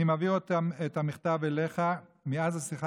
אני מעביר את המכתב אליך: מאז השיחה